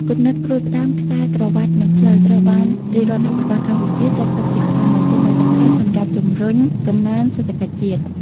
គំនិតផ្ដួចផ្ដើមខ្សែក្រវាត់ និងផ្លូវ ត្រូវបានរាជរដ្ឋាភិបាលកម្ពុជាចាត់ទុកជាក្បាលម៉ាស៊ីនដ៏សំខាន់សម្រាប់ជំរុញកំណើនសេដ្ឋកិច្ចជាតិ។